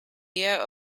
year